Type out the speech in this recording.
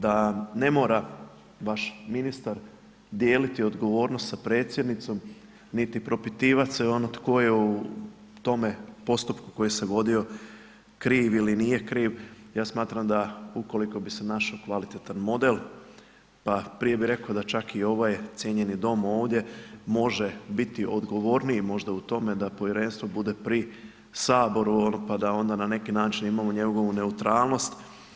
Da ne mora baš ministar dijeliti odgovornost sa predsjednicom niti propitivati se ono tko je u tome postupku koji se vodio, kriv ili nije kriv, ja smatram da ukoliko bi se našao kvalitetan model, pa prije bih rekao da čak i ovaj cijenjeni dom ovdje, može biti odgovorniji u tome da povjerenstvo bude u Saboru pa da onda na neki način imamo njegovu neutralnost.